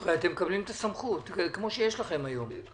אתם מקבלים את הסמכות כמו שיש לכם היום.